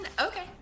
okay